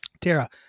Tara